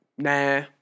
Nah